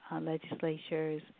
legislatures